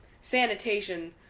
sanitation